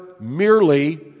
merely